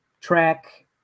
track